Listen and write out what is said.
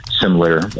similar